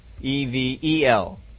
E-V-E-L